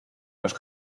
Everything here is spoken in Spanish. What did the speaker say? los